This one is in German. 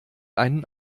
einen